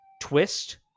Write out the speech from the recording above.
twist